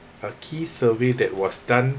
a key survey that was done